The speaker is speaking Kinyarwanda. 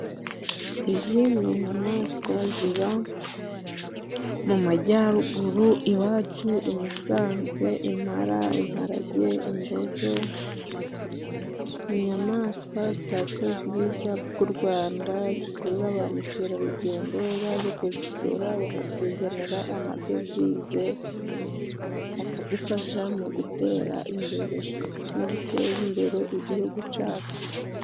Izi ni inyamaswa ziba mu majyaruguru iwacu i Musanze. Impara, imparage n'imbogo. Ni inyamaswa zitatse ubwiza bw'u Rwanda. Zikurura ba mukerarugendo baje kuzisura, bakatuzanira amadovize; akadufasha mu gutera imbere no guteza imbere Igihugu cyacu.